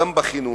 גם בחינוך.